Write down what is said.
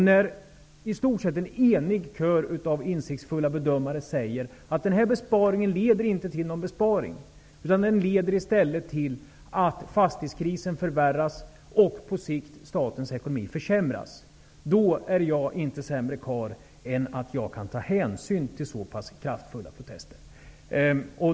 När i stort sett en enig kör av insiktsfulla bedömare säger att denna besparing inte leder till någon besparing utan i stället leder till att fastighetskrisen förvärras och att statens ekonomi på sikt försämras, då är jag inte sämre karl än att jag kan ta hänsyn till så pass kraftfulla protester.